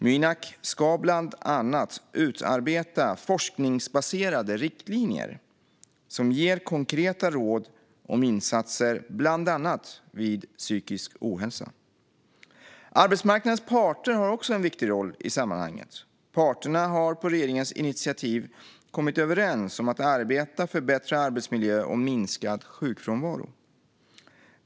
Mynak ska bland annat utarbeta forskningsbaserade riktlinjer som ger konkreta råd om insatser, bland annat vid psykisk ohälsa. Arbetsmarknadens parter har också en viktig roll i sammanhanget. Parterna har på regeringens initiativ kommit överens om att arbeta för bättre arbetsmiljö och minskad sjukfrånvaro.